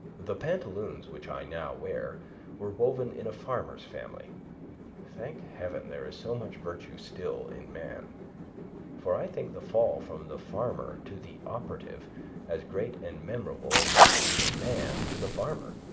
the pantaloons which i now wear were woven in a farmer's family thank heaven there is so much virtue still in man for i think the fall from the farmer to the operative as great and memorable as that from the man to the farmer